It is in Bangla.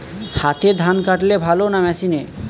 হাতে ধান কাটলে ভালো না মেশিনে?